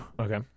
Okay